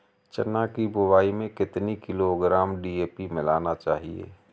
चना की बुवाई में कितनी किलोग्राम डी.ए.पी मिलाना चाहिए?